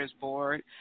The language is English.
board